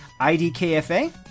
IDKFA